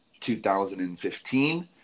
2015